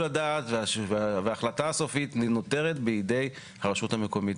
הדעת וההחלטה הסופית נותרת בידי הרשות המקומית,